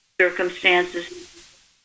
circumstances